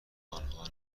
آنها